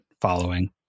following